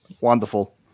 Wonderful